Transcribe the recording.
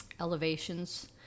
Elevations